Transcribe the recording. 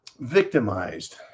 victimized